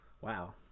Wow